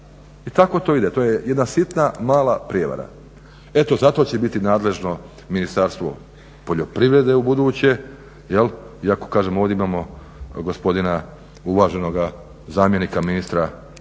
I tako to ide, to je jedna sitna, mala prijevara. Eto, zato će biti nadležno Ministarstvo poljoprivrede ubuduće, iako kažem ovdje imamo gospodina uvaženoga zamjenika ministra zdravlja